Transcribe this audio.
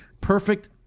perfect